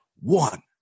One